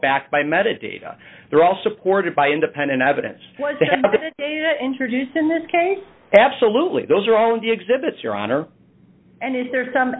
back by meditating and they're all supported by independent evidence was introduced in this case absolutely those are all the exhibits your honor and is there some